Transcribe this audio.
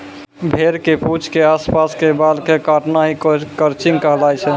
भेड़ के पूंछ के आस पास के बाल कॅ काटना हीं क्रचिंग कहलाय छै